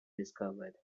discovered